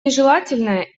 нежелательное